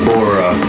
Bora